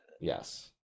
Yes